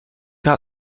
got